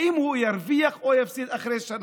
האם הוא ירוויח או יפסיד אחרי שנה?